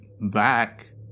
back